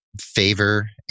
favor